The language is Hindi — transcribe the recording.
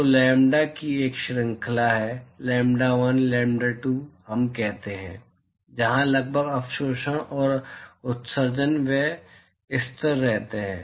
तो लैम्ब्डा की एक श्रृंखला है लैम्ब्डा 1 लैम्ब्डा 2 हम कहते हैं जहां लगभग अवशोषण और उत्सर्जन वे स्थिर रहते हैं